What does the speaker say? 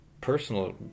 personal